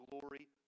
glory